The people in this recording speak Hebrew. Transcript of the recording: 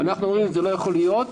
אנחנו אומרים שזה לא יכול להיות.